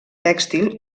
tèxtil